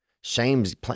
Shame's